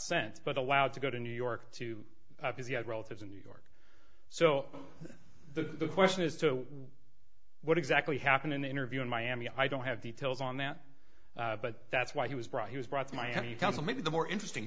sent but allowed to go to new york to have his he had relatives in new york so the question is to what exactly happened in the interview in miami i don't have details on that but that's why he was brought he was brought to miami counsel maybe the more interesting